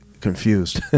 confused